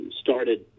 started